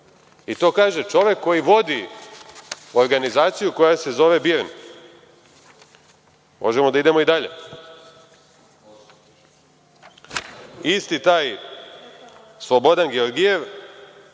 I to kaže čovek koji vodi organizaciju koja se zove BIRN.Možemo da idemo i dalje. Isti taj Slobodan Georgijev,